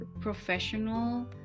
professional